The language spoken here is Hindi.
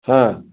हाँ